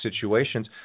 situations